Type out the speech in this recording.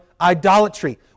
idolatry